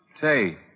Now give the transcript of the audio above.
Say